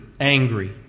angry